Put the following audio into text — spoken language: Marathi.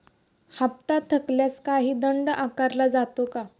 हप्ता थकल्यास काही दंड आकारला जातो का?